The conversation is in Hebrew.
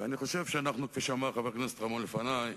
ואני חושב שאנחנו, כפי שאמר חבר הכנסת רמון לפני,